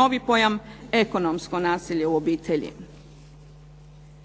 novi pojam ekonomsko nasilje u obitelji.